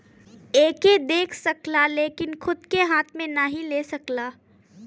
एके देख सकला लेकिन खूद के हाथ मे नाही ले सकला